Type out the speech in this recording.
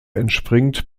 entspringt